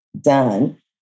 done